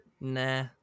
Nah